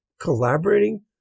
Collaborating